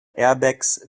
airbags